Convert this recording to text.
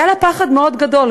היה לה פחד מאוד גדול,